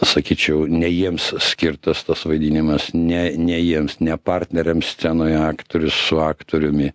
sakyčiau ne jiems skirtas tas vaidinimas ne ne jiems ne partneriams scenoje aktorius su aktoriumi